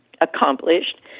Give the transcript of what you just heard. accomplished